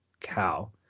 cow